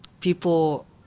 People